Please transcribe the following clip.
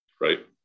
right